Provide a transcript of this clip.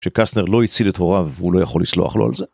שקסטנר לא הציל את הוריו, הוא לא יכול לסלוח לו על זה.